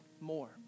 more